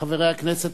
חברי הכנסת,